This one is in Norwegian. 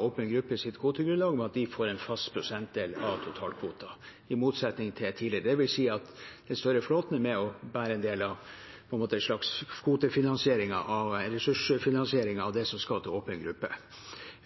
åpen gruppes kvotegrunnlag ved at de får en fast prosentandel av totalkvoten, i motsetning til tidligere. Det vil si at den større flåten er med og bærer en del av ressursfinansieringen av det som skal til åpen gruppe.